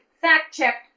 fact-checked